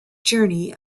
journey